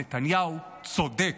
נתניהו צודק.